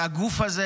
והגוף הזה,